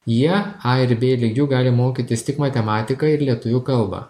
jie a ir b lygiu gali mokytis tik matematiką ir lietuvių kalbą